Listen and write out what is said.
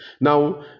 Now